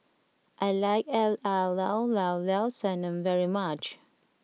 I like Llao Llao Sanum very much